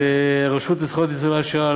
לרשות לזכויות ניצולי השואה,